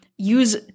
use